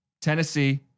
Tennessee